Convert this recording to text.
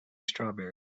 strawberries